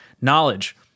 knowledge